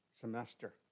semester